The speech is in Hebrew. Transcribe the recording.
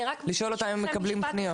לשאול אותם אם הם מקבלים פניות.